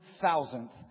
thousandth